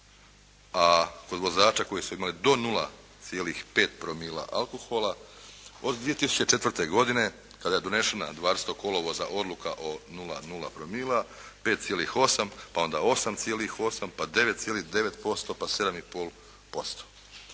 a kod vozača koji su imali do 0,5 promila alkohola od 2004. godine kada je donešena 20. kolovoza odluka o 00 promila 5,8 pa onda 8,8 pa 9,9% pa 7,5%.